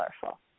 colorful